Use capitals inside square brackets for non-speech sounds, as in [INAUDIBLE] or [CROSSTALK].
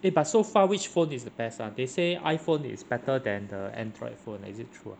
eh but so far which phone is the best ah they say iPhone is better than the Android phone ah is it [LAUGHS]